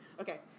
Okay